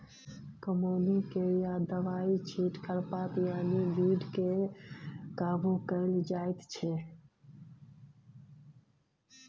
कमौनी कए या दबाइ छीट खरपात यानी बीड केँ काबु कएल जाइत छै